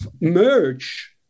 merge